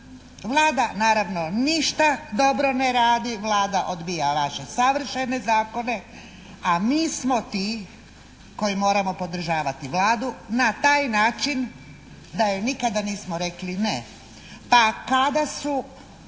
Vlada naravno ništa dobro ne radi, Vlada odbija vaše savršene zakone, a mi smo ti koji moramo podržavati Vladu na taj način da joj nikada nismo rekli ne. Pa kada je